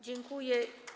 Dziękuję.